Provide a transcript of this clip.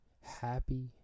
happy